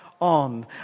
on